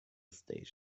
station